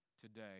today